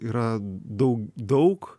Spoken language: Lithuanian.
yra daug daug